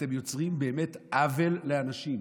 אתם יוצרים עוול לאנשים.